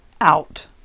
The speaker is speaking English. out